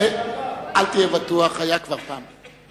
אל תהיה בטוח, כבר היה פעם.